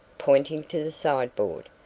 pointing to the sideboard,